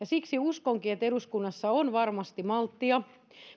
siksi uskonkin että eduskunnassa on varmasti malttia